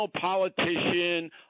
politician